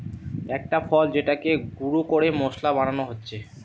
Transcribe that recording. একটা ফল যেটাকে গুঁড়ো করে মশলা বানানো হচ্ছে